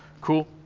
Cool